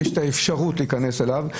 יש את האפשרות להיכנס אליו,